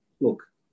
look